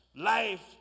Life